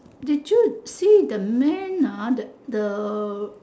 did you see the man ah that the